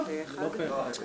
לא פה אחד.